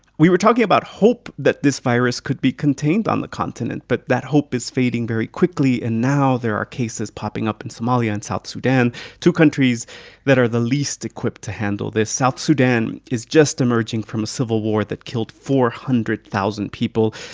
we were talking about hope that this virus could be contained on the continent. but that hope is fading very quickly. and now there are cases popping up in somalia and south sudan two countries that are the least equipped to handle this. south sudan is just emerging from a civil war that killed four hundred thousand people.